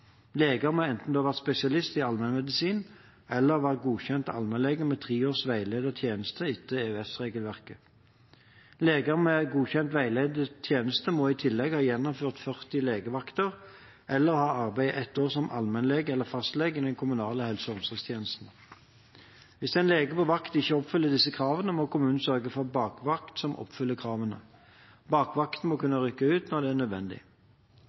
leger som skal ha legevakt alene, uten bakvakt. Legen må da enten være spesialist i allmennmedisin eller være godkjent allmennlege med tre års veiledet tjeneste etter EØS-regelverket. En lege med godkjent veiledet tjeneste må i tillegg ha gjennomført 40 legevakter eller ha arbeidet ett år som allmennlege eller fastlege i den kommunale helse- og omsorgstjenesten. Hvis en lege på vakt ikke oppfyller disse kravene, må kommunen sørge for bakvakt som oppfyller kravene. Bakvakten må kunne rykke ut når det er nødvendig.